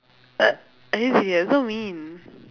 are you serious so mean